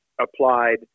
applied